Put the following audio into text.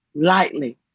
lightly